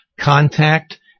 contact